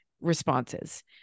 responses